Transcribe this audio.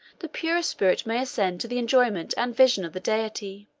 the purer spirit may ascend to the enjoyment and vision of the deity.